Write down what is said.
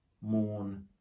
mourn